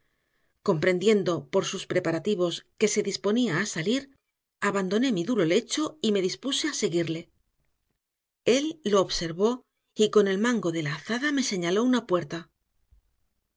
comprendiendo por sus preparativos que se disponía a salir abandoné mi duro lecho y me dispuse a seguirle él lo observó y con el mango de la azada me señaló una puerta